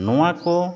ᱱᱚᱣᱟ ᱠᱚ